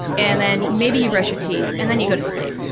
and then maybe you brush your teeth and then you go to sleep.